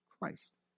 Christ